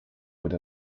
with